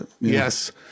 Yes